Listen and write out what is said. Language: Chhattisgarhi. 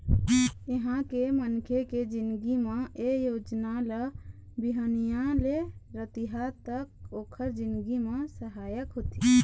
इहाँ के मनखे के जिनगी म ए योजना ल बिहनिया ले रतिहा तक ओखर जिनगी म सहायक होथे